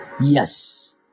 Yes